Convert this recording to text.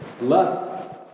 Lust